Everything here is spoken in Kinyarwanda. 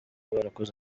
barakoze